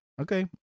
Okay